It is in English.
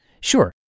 Sure